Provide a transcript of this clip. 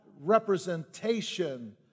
representation